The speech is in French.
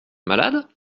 malade